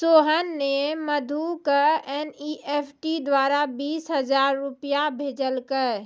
सोहन ने मधु क एन.ई.एफ.टी द्वारा बीस हजार रूपया भेजलकय